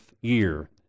year